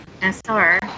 sr